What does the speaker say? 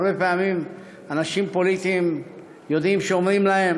הרבה פעמים אנשים פוליטיים יודעים שאומרים להם: